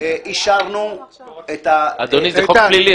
אישרנו את --- אדוני, זה חוק פלילי.